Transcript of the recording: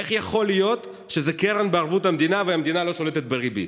איך יכול להיות שזו קרן בערבות המדינה והמדינה לא שולטת בריבית?